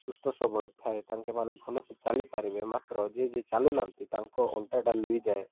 ସୁସ୍ଥ ସବଳ ଥାଏ ତାଙ୍କେ ମାନେ ଭଲସେ ଚାଲିପାରିବେ ମାତ୍ର ଯିଏ ଯିଏ ଚାଲୁନାହାନ୍ତି ତାଙ୍କ ଅଣ୍ଟାଟା ଲୁଇଯାଏ